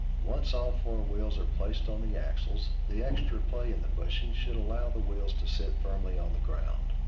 once all four wheels are placed on the axles, the extra play in the bushing should allow the wheels to sit firmly on the ground.